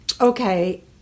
okay